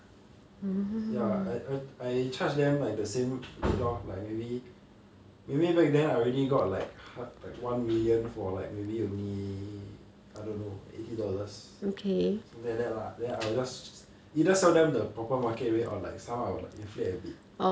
ya I I I charge them like the same rate lor like maybe maybe back then I already got like hu~ like one million for like maybe only I don't know eighty dollars something like that lah then I will just either sell them the proper market rate or like some what like inflate habit